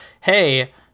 hey